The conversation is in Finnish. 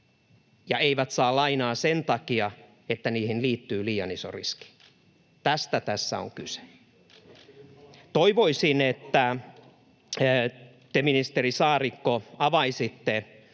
ja eivät saa lainaa sen takia, että siihen liittyy liian iso riski? Tästä tässä on kyse. Toivoisin, että te, ministeri Saarikko, avaisitte